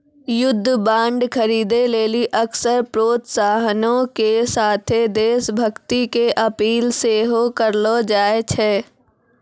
युद्ध बांड खरीदे लेली अक्सर प्रोत्साहनो के साथे देश भक्ति के अपील सेहो करलो जाय छै